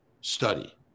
study